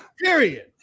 Period